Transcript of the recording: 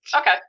Okay